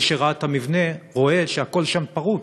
מי שראה את המבנה רואה שהכול שם פרוץ.